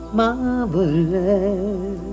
marvelous